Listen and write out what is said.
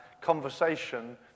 conversation